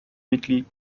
mitglied